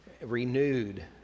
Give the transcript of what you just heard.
renewed